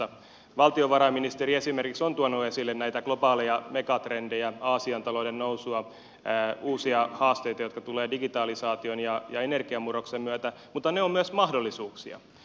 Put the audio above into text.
valtiovarainministeri esimerkiksi on tuonut esille näitä globaaleja megatrendejä aasian talouden nousua uusia haasteita jotka tulevat digitalisaation ja energiamurroksen myötä mutta ne ovat myös mahdollisuuksia